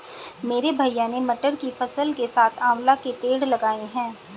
मेरे भैया ने मटर की फसल के साथ आंवला के पेड़ लगाए हैं